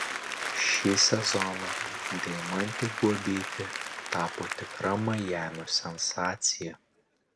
šį sezoną deimantė guobytė tapo tikra majamio sensacija